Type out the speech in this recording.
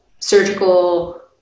surgical